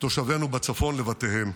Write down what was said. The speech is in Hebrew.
תושבינו בצפון לבתיהם.